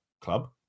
club